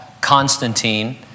Constantine